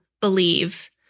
believe